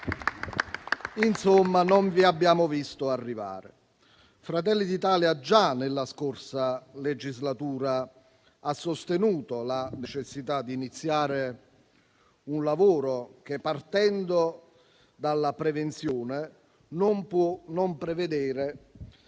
Insomma, non vi abbiamo visto arrivare. Fratelli d'Italia già nella passata legislatura ha sostenuto la necessità di iniziare un lavoro che, partendo dalla prevenzione, non può non prevedere